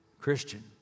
Christian